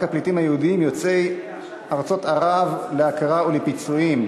הפליטים היהודים יוצאי ארצות ערב להכרה ולפיצויים,